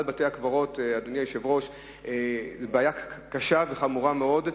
בתי-הקברות הוא בעיה קשה וחמורה מאוד.